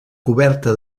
coberta